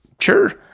sure